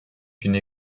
qu’une